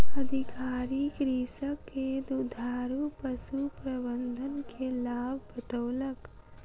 अधिकारी कृषक के दुधारू पशु प्रबंधन के लाभ बतौलक